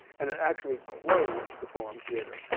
and it actually closed the forum theater.